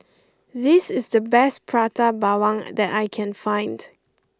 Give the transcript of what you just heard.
this is the best Prata Bawang that I can find